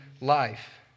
life